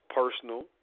personal